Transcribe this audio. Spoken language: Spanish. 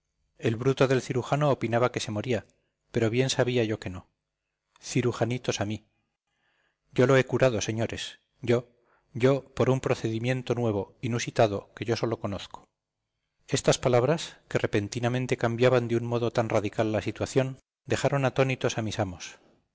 el bruto del cirujano opinaba que se moría pero bien sabía yo que no cirujanitos a mí yo lo he curado señores yo yo por un procedimiento nuevo inusitado que yo solo conozco estas palabras que repentinamente cambiaban de un modo tan radical la situación dejaron atónitos a mis amos